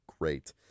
great